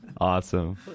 Awesome